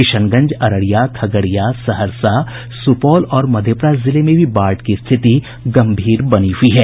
किशनगंज अररिया खगड़िया सहरसा सुपौल और मधेपुरा जिले में भी बाढ़ की स्थिति गम्भीर बनी हुई है